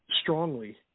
strongly